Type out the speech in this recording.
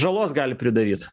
žalos gali pridaryt